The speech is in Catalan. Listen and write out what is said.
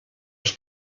als